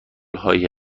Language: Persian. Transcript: هایی